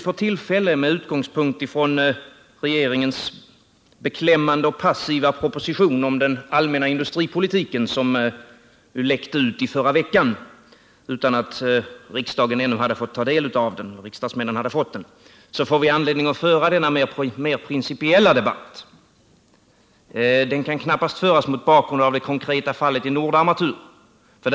Med anledning av regeringens beklämmande och passiva proposition om den allmänna industripolitiken, vars innehåll läckte ut i förra veckan innan riksdagens ledamöter fått ta del av den, får vi tillfälle att föra denna mer principiella debatt. Den kan knappast föras mot bakgrund av det konkreta fallet Nordarmatur.